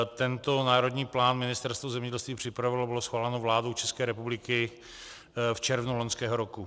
Tento národní plán Ministerstvo zemědělství připravilo a byl schválen vládou České republiky v červnu loňského roku.